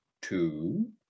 Two